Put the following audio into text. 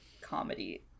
comedy